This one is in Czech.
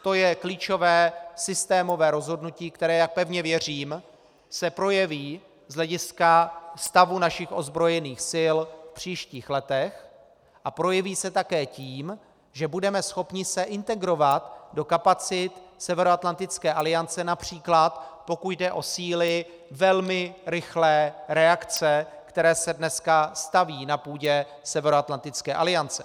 To je klíčové systémové rozhodnutí, které, jak pevně věřím, se projeví z hlediska stavu našich ozbrojených sil v příštích letech a projeví se také tím, že budeme schopni se integrovat do kapacit Severoatlantické aliance, například pokud jde o síly velmi rychlé reakce, které se dneska stavějí na půdě Severoatlantické aliance.